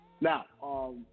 Now